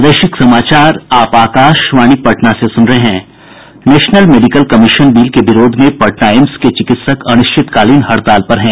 national medical commission bill के विरोध में पटना एम्स के चिकित्सक अनिश्चितकालीन हड़ताल पर हैं